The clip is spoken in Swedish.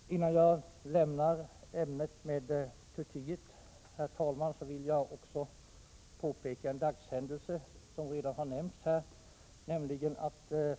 Innan jag lämnar ämnet Turkiet, herr talman, vill jag peka på en dagshändelse som redan har nämnts här.